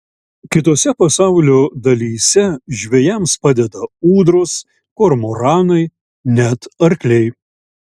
kitose pasaulio dalyse žvejams padeda ūdros kormoranai net arkliai